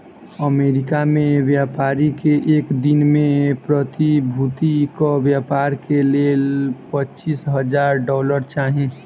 America में व्यापारी के एक दिन में प्रतिभूतिक व्यापार के लेल पचीस हजार डॉलर चाही